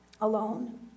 alone